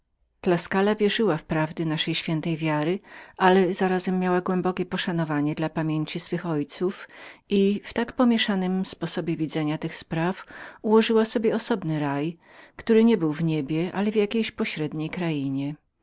tuskula była przekonaną o prawdach naszej świętej wiary ale zarazem miała głębokie poszanowanie dla pamięci swych ojców i w tak pomieszanym sposobie widzenia rzeczy ułożyła sobie osobny raj który nie był w niebie ale w jakiejś pośredniej krainie